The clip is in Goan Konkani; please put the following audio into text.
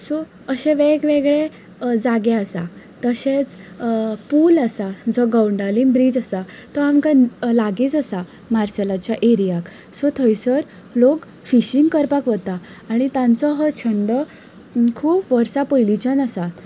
सो अशें वेगवेगळे जागे आसा तशेंच पूल आसा जो गंवडाळीम ब्रीज आसा तो आमकां लागींच आसा मार्सेलाच्या एरीयाक सो थंयसर लोक फिशींग करपाक वता आनी तांचो हो छंद खूब वर्सा पयलींच्यान आसा